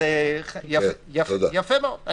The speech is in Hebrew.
יפה מאוד.